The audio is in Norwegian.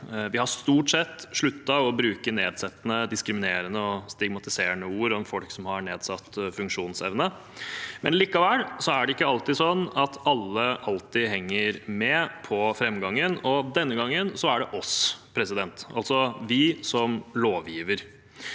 Vi har stort sett sluttet å bruke nedsettende, diskriminerende og stigmatiserende ord om folk som har nedsatt funksjonsevne, men likevel er det ikke alltid sånn at alle alltid henger med på framgangen. Denne gangen er det oss, altså oss som lovgivere.